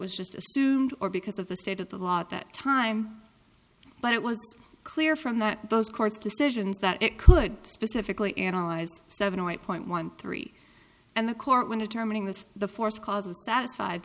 was just assumed or because of the state of the law at that time but it was clear from that those court's decisions that it could specifically analyzed seven or eight point one three and the court when determining that the force cause was satisfied